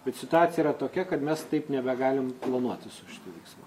bet situacija yra tokia kad mes taip nebegalim planuoti su šituo veiksmu